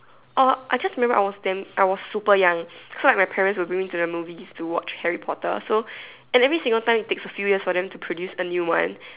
or I just remember I was damn I was super young so like my parents would bring me to the movies to watch Harry potter so and every single time it takes a few years for them to produce a new one